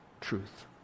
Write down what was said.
truth